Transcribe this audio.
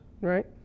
right